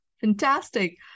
Fantastic